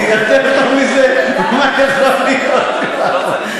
יותר טוב מזה, מה יכול להיות כבר?